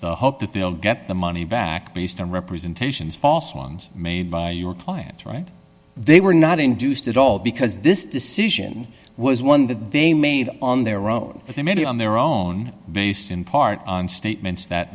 the hope to feel get the money back based on representations false ones made by your client right they were not induced at all because this decision was one that they made on their own but they made it on their own based in part on statements that